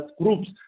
groups